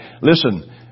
Listen